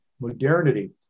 modernity